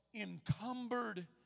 encumbered